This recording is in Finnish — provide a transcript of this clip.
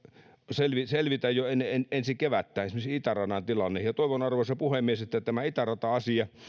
selvitä selvitä jo ennen ensi kevättä toivon arvoisa puhemies että tämä itärata asia